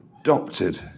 Adopted